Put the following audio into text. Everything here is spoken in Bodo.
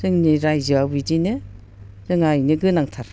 जोंनि रायजोआ बिदिनो जोंहा बेनो गोनांथार